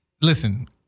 Listen